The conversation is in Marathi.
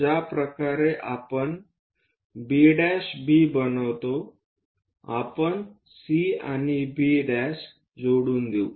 ज्या प्रकारे आपण B B बनवतो आपण C आणि B' जोडून देऊ